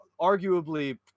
arguably